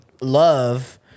Love